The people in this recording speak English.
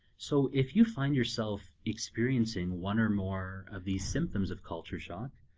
so if you find yourself experiencing one or more of these symptoms of culture shock,